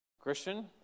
Christian